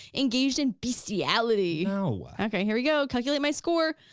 engaged in bestiality. no. okay, here we go, calculate my score,